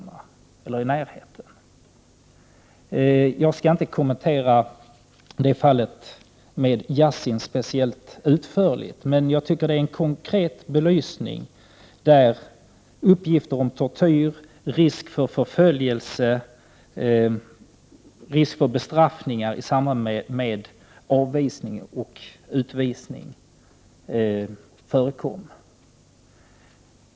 Jag skall inte särskilt utförligt kommentera fallet med Yassin, men det belyser på ett konkret sätt uppgifter om tortyr, risk för förföljelser och risk för bestraffningar efter fattade utvisningsbeslut.